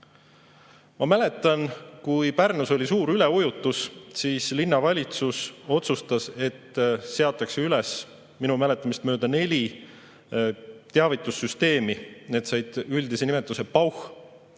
Ma mäletan, kui Pärnus oli suur üleujutus, siis linnavalitsus otsustas, et seatakse üles minu mäletamist mööda neli teavitussüsteemi, need said üldise nimetuse PAUH.